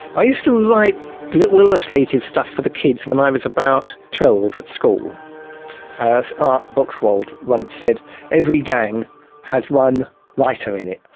i used to write little illustrated stuff for the kids when i was about twelve at school as art buchwold once said every gang has one writer in it,